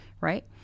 Right